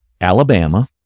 Alabama